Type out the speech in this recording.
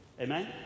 Amen